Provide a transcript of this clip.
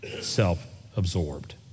self-absorbed